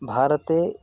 भारते